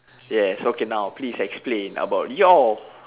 yes okay now please explain about your